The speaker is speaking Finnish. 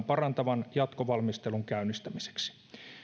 parantavan jatkovalmistelun käynnistämiseksi